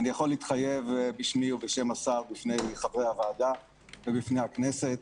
אני יכול להתחייב בשמי ובשם השר בפני חברי הוועדה ובפני הכנסת